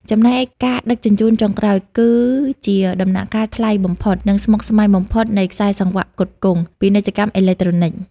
ចំណែកការដឹកជញ្ជូនចុងក្រោយ គឺជាដំណាក់កាលថ្លៃបំផុត និងស្មុគស្មាញបំផុតនៃខ្សែសង្វាក់ផ្គត់ផ្គង់ ពាណិជ្ជកម្មអេឡិចត្រូនិក ។